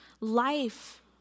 life